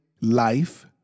life